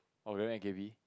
oh you went with K_V